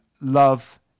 love